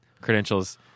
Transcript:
credentials